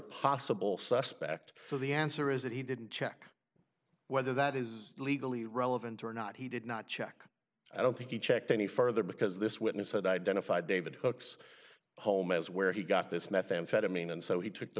possible suspect so the answer is that he didn't check whether that is legally relevant or not he did not check i don't think he checked any further because this witness had identified david hookes home as where he got this methamphetamine and so he took the